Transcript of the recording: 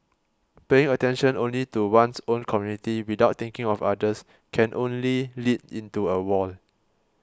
paying attention only to one's own community without thinking of others can only lead into a wall